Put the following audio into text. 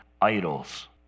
idols